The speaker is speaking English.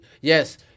yes